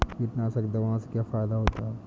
कीटनाशक दवाओं से क्या फायदा होता है?